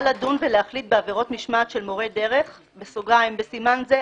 לדון ולהחליט בעבירות משמעת של מורה דרך (בסימן זה,